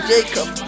Jacob